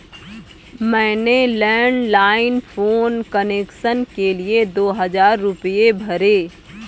मैंने landline phone connection के लिए दो हजार रुपए भरे